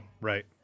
right